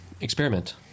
experiment